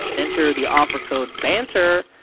and enter the offer code banter!